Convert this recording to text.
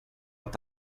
att